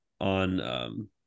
on